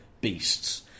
beasts